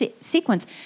sequence